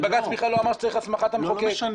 שבג"ץ בכלל לא אמר שצריך הסמכת המחוקק.